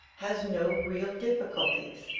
has no real difficulties,